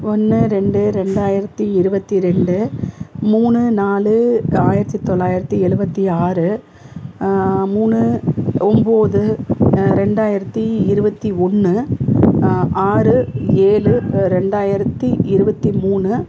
ஒன்று ரெண்டு ரெண்டாயிரத்தி இருபத்தி ரெண்டு மூணு நாலு ஆயிரத்தி தொள்ளாயிரத்தி எழுவத்தி ஆறு மூணு ஒம்பது ரெண்டாயிரத்தி இருபத்தி ஒன்று ஆறு ஏழு ரெண்டாயிரத்தி இருபத்தி மூணு